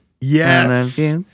Yes